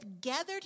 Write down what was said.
gathered